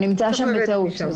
הוא נמצא שם בטעות.